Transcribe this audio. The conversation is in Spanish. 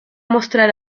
mostrar